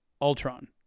Ultron